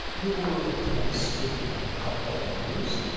there were attempts to kind of cut corners.